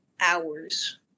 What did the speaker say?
hours